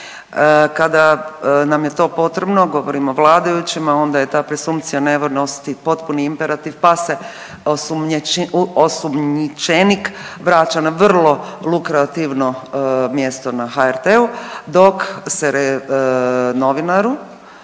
Kada nam je to potrebno govorim o vladajućima onda je ta presumpcija nevinosti potpuni imperativ pa se osumnjičenik vraća na vrlo lukreativno mjesto na HRT-u. Dok se novinaru,